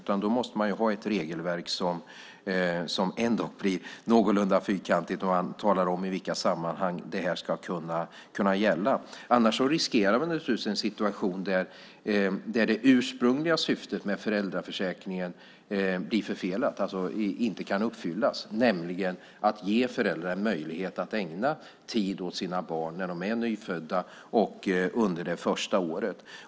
Man måste i så fall ha ett regelverk som ändå blir någorlunda fyrkantigt där man talar om i vilka sammanhang detta ska kunna gälla. Annars riskerar man naturligtvis en situation där det ursprungliga syftet med föräldraförsäkringen blir förfelat och inte kan uppfyllas. Syftet är ju att ge föräldrar en möjlighet att ägna tid åt sina barn när de är nyfödda och under det första året.